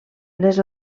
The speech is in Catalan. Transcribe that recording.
les